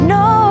no